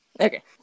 Okay